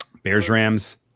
Bears-Rams